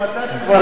אם אתה תברך,